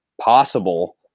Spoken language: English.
possible